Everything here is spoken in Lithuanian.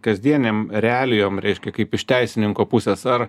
kasdienėm realijom reiškia kaip iš teisininko pusės ar